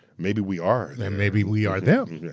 maybe we are their maybe we are them,